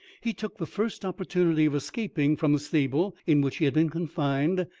he took the first opportunity of escaping from the stable in which he had been confined,